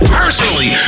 personally